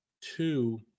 Two